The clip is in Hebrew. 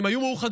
הם היו מאוחדים,